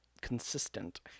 consistent